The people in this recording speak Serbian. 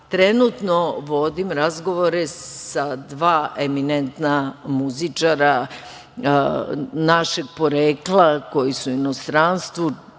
Trenutno vodim razgovore sa dva eminentna muzičara našeg porekla koji su u inostranstvu,